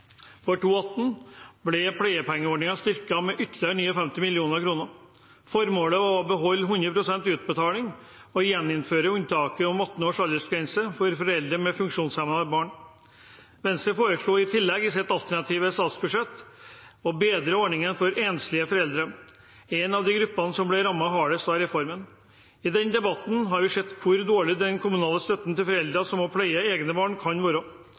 for 2018 ble pleiepengeordningen styrket med ytterligere 59 mill. kr. Formålet var å beholde 100 pst. utbetaling og gjeninnføre unntaket om 18-års aldersgrense for foreldre med funksjonshemmede barn. Venstre foreslo i tillegg i sitt alternative statsbudsjett å bedre ordningen for enslige foreldre – en av de gruppene som ble rammet hardest av reformen. I debatten har vi sett hvor dårlig den kommunale støtten til foreldre som må pleie egne barn, kan være.